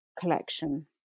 Collection